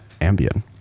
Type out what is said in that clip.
ambien